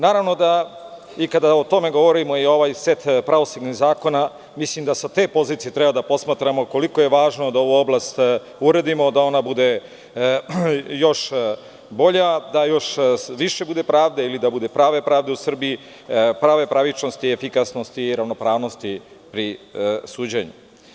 Naravno, i kada o tome govorimo i ovaj set pravosudnih zakona, mislim da sa te pozicije treba da posmatramo koliko je važno da ovu oblast uredimo da ona bude još bolja, da još više bude pravde, ili da bude prave pravde u Srbiji, prave pravičnosti i efikasnosti i ravnopravnosti pri suđenju.